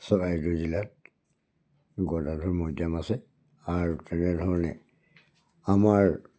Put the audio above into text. চৰাইদেউ জিলাত গদাধৰ মৈদাম আছে আৰু তেনেধৰণে আমাৰ